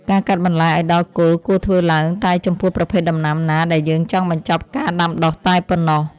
ការកាត់បន្លែឱ្យដល់គល់គួរធ្វើឡើងតែចំពោះប្រភេទដំណាំណាដែលយើងចង់បញ្ចប់ការដាំដុះតែប៉ុណ្ណោះ។